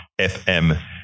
FM